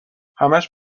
همش